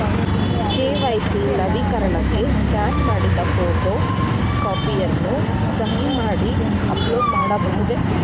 KYC ನವೀಕರಣಕ್ಕೆ scan ಮಾಡಿದ photo ಕಾಪಿಯನ್ನು ಸಹಿ ಮಾಡಿ ಅಪ್ಲೋಡ್ ಮಾಡಬಹುದೇ?